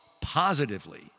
positively